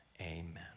amen